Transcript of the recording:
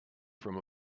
from